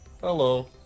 Hello